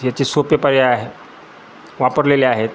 याचे सोपे पर्याय आहे वापरलेले आहेत